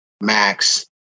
max